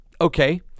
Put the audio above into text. Okay